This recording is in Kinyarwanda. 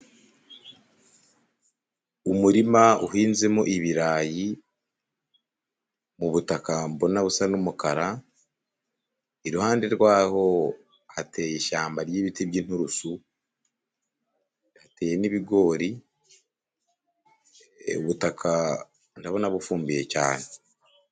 Umurima uhinzemo ibirayi mu butaka, ndabona busa n'umukara iruhande rwaho hateye ishyamba ry'ibiti by'inturusu, hateye n'ibigori ubutaka ndabona bufumbiye cyane.